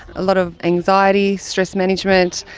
a lot of anxiety, stress management,